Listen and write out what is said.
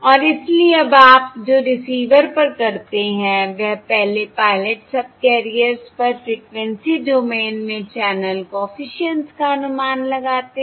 और इसलिए अब आप जो रिसीवर पर करते हैं वह पहले पायलट सबकैरियर्स पर फ्रीक्वेंसी डोमेन में चैनल कॉफिशिएंट्स का अनुमान लगाते है